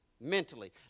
Mentally